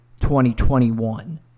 2021